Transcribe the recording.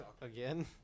again